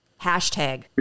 hashtag